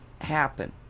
happen